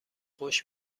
خوش